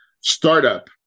startup